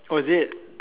oh is it